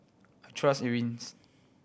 I trust Eucerin